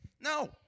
No